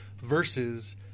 versus